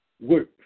work